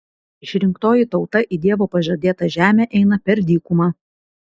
išrinktoji tauta į dievo pažadėtą žemę eina per dykumą